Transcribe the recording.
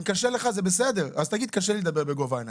אם קשה לך זה בסדר - אז תגיד שקשה לך לדבר בגובה העיניים.